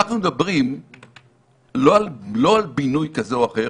אנחנו מדברים לא על בינוי כזה או אחר,